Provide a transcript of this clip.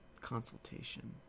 Consultation